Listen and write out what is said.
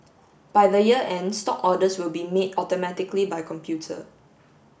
by the year end stock orders will be made automatically by computer